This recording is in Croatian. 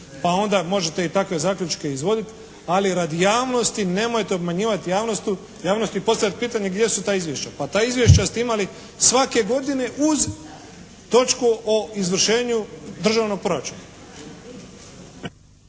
pa onda možete i takve zaključke izvoditi, ali radi javnosti, nemojte obmanjivati javnost i postavljati pitanje gdje su ta izvješća. Pa ta izvješća ste imali svake godine uz točku o izvršenju državnog proračuna.